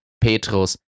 Petrus